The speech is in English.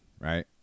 right